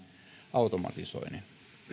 automatisoinnin